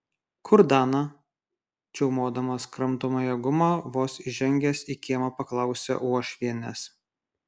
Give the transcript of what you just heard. kur dana čiaumodamas kramtomąją gumą vos įžengęs į kiemą paklausė uošvienės